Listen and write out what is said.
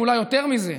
ואולי יותר מזה,